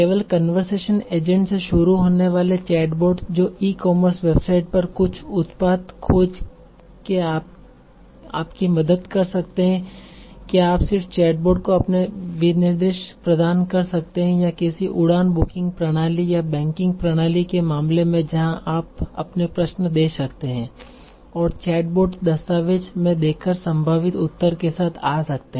केवल conversation agent से शुरू होने वाले चैटबॉट जो ई कॉमर्स वेबसाइट पर कुछ उत्पाद खोज के आपकी मदद कर सकते है क्या आप सिर्फ चैटबॉट को अपने विनिर्देश प्रदान कर सकते हैं या किसी उड़ान बुकिंग प्रणाली या बैंकिंग प्रणाली के मामले में जहां आप अपने प्रश्न दे सकते हैं और चैटबोट दस्तावेज़ में देखकर संभावित उत्तर के साथ आ सकते हैं